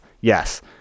Yes